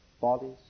bodies